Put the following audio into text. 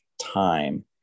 time